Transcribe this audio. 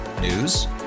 News